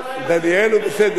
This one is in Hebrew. דניאל הוא בסדר,